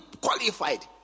qualified